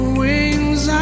wings